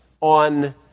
on